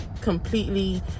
completely